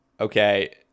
Okay